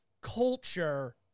culture